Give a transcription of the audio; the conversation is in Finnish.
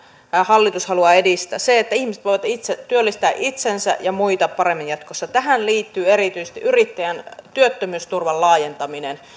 hallitus haluaa edistää että ihmiset voivat työllistää itsensä ja muita paremmin jatkossa tähän liittyy erityisesti yrittäjän työttömyysturvan laajentaminen